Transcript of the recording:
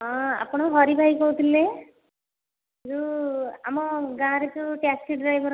ହଁ ଆପଣ ହରି ଭାଇ କହୁଥିଲେ ଯେଉଁ' ଆମ ଗାଁରେ ଯେଉଁ ଟ୍ୟାକ୍ସି ଡ୍ରାଇଭର